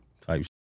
Type